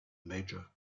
major